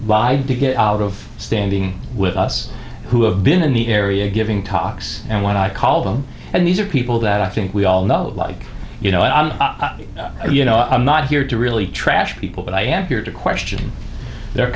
lied to get out of standing with us who have been in the area giving talks and when i call them and these are people that i think we all know like you know i you know i'm not here to really trash people but i am here to question the